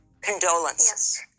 Condolences